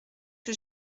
que